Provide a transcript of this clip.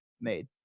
made